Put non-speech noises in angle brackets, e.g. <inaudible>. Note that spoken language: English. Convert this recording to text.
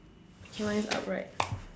K mine is upright <noise>